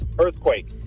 Earthquake